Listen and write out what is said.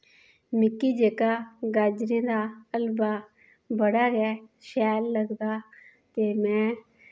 मिकी जेह्का गाजरें दा हलवा बड़ा गै शैल लगदा ते में